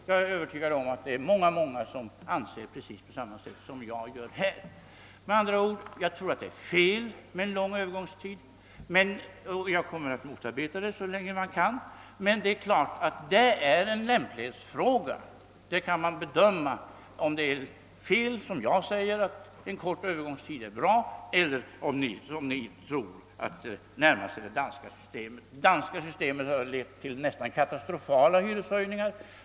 Jag är övertygad om att det är många som har precis samma åsikt som jag. Med andra ord: Jag tror det är fel med en lång övergångstid, och jag kommer att motarbeta en sådan så länge jag kan. Men detta är som sagt en lämplighetsfråga — det kan göras en bedömning om jag har fel när jag säger att det är bra med en kort övergångstid eller om ni har fel när ni säger att vi bör närma oss det danska systemet. Det danska systemet har dock lett till nästan katastrofala hyreshöjningar.